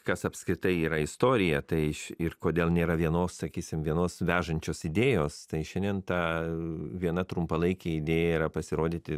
kas apskritai yra istorija tai š ir kodėl nėra vienos sakysim vienos vežančios idėjos tai šiandien ta viena trumpalaikė idėja yra pasirodyti